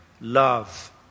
love